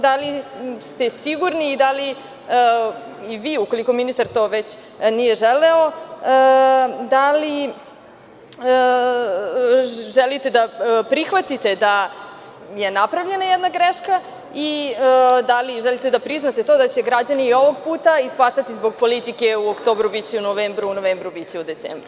Da li ste sigurni i da li i vi, ukoliko ministar to već nije želeo, da li želite da prihvatite da je napravljena jedna greška i da li želite da priznate to da će građani i ovog puta ispaštati zbog politike - u oktobru biće i u novembru, u novembru biće u decembru.